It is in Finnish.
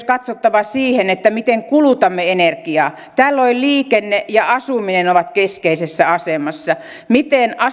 katsottava sitä miten kulutamme energiaa tällöin liikenne ja asuminen ovat keskeisessä asemassa miten